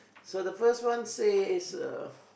so the first one says uh